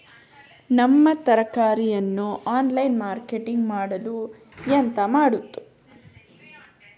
ನಮ್ಮ ತರಕಾರಿಯನ್ನು online marketing ಮಾಡಲು ಎಂತ ಮಾಡುದು?